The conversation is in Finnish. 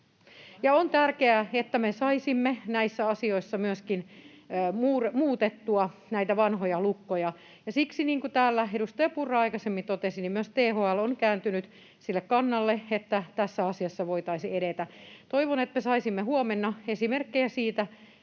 on tärkeää, että me saisimme näissä asioissa myöskin muutettua näitä vanhoja lukkoja, ja siksi, niin kuin täällä edustaja Purra aikaisemmin totesi, myös THL on kääntynyt sille kannalle, että tässä asiassa voitaisiin edetä. Toivon, että saisimme huomenna esimerkkejä siitä,